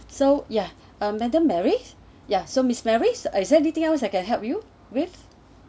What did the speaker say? so ya uh madam mary ya so miss mary is anything else I can help you with